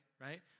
right